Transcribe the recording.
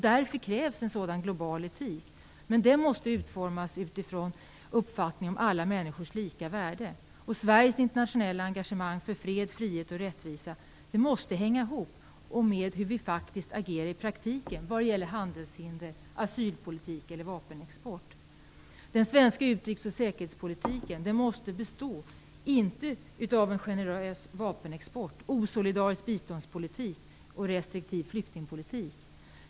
Därför krävs en sådan global etik. Den måste utformas utifrån uppfattningen om alla människors lika värde. Sveriges internationella engagemang för fred, frihet och rättvisa måste hänga ihop med hur vi faktiskt agerar i praktiken vad gäller handelshinder, asylpolitik eller vapenexport. Den svenska utrikesoch säkerhetspolitiken får inte bestå av en generös vapenexport, osolidarisk biståndspolitik och restriktiv flyktingpolitik.